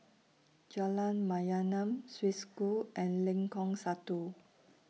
Jalan Mayaanam Swiss School and Lengkong Satu